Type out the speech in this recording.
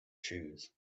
choose